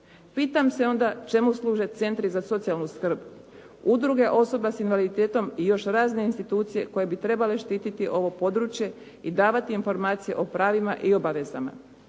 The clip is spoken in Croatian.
Pitam se onda čemu služe centri za socijalnu skrb, udruge osoba s invaliditetom i još razne institucije koje bi trebale štititi ovo područje i davati informacije o pravima i obavezama.